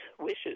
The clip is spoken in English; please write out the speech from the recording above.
wishes